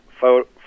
photo